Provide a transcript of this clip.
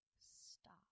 stop